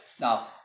now